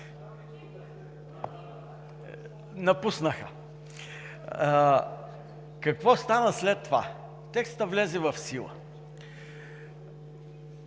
напуснаха. Какво стана след това? Текстът влезе в сила.